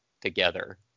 together